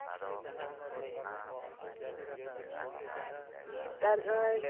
ᱦᱮᱸ ᱛᱚ ᱟᱨ